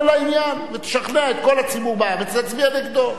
לעניין ותשכנע את כל הציבור בארץ להצביע נגדו.